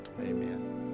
amen